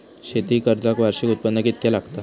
शेती कर्जाक वार्षिक उत्पन्न कितक्या लागता?